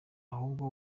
ahubwo